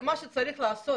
מה שצריך לעשות,